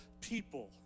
people